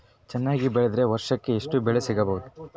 ಚೆನ್ನಾಗಿ ಬೆಳೆದ್ರೆ ವರ್ಷಕ ಎಷ್ಟು ಬೆಳೆ ಸಿಗಬಹುದು?